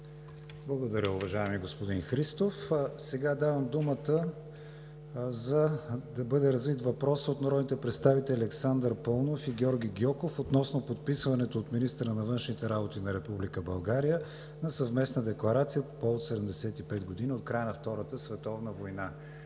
Благодаря, уважаеми господин Христов. Сега давам думата да бъде развит въпросът от народните представители Александър Паунов и Георги Гьоков относно подписването от министъра на външните работи на Република България на съвместна Декларация по повод 75 години от края на Втората световна война.